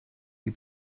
die